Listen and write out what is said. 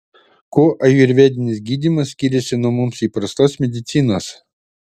kuo ajurvedinis gydymas skiriasi nuo mums įprastos medicinos